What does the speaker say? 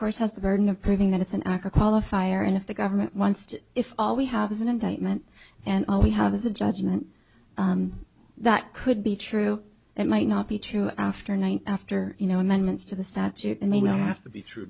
course has the burden of proving that it's an actor qualifier and if the government wants to if all we have is an indictment and all we have is a judgment that could be true it might not be true after night after you know amendments to the statute and they don't have to be true